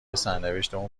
سرنوشتمون